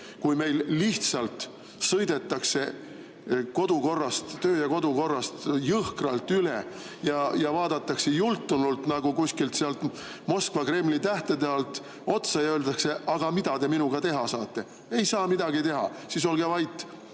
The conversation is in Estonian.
kui lihtsalt sõidetakse töö‑ ja kodukorrast jõhkralt üle, vaadatakse jultunult nagu kuskilt Moskva Kremli tähtede alt otsa ja öeldakse: "Aga mida te minuga teha saate? Ei saa midagi teha? Siis olge vait!"